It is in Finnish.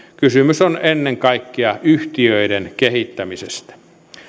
kysymys on ennen kaikkea yhtiöiden kehittämisestä